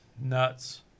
nuts